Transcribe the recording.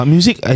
Music